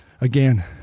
Again